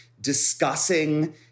discussing